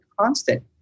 constant